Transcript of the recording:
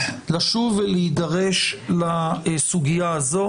לשום ולהידרש לסוגייה הזו,